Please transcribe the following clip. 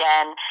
again